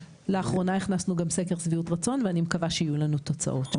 לאחרונה הכנסנו גם סקר שביעות רצון ואני מקווה שיהיו לנו תוצאות.